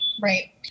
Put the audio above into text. right